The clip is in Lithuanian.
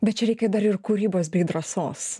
bet čia reikia dar ir kūrybos bei drąsos